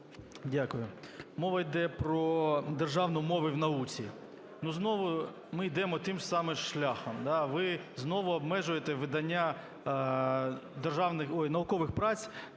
Дякую. Мова йде про державну мову в науці. Ну, знову ми йдемо тим самим шляхом. Ви знову обмежуєте видання державних,